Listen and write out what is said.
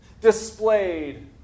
displayed